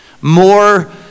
more